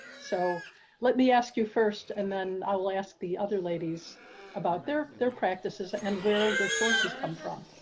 so let me ask you first, and then i'll ask the other ladies about their, their practices and where their sources come from.